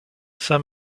saint